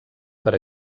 per